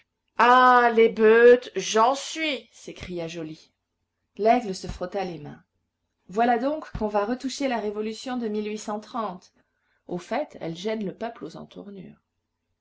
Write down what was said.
ah l'ébeute j'en suis s'écria joly laigle se frotta les mains voilà donc qu'on va retoucher à la révolution de au fait elle gêne le peuple aux entournures